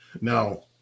Now